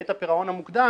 בעת הפירעון המוקדם,